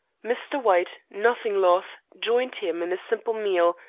mr. white, nothing loth, joined him in a simple meal,